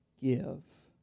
give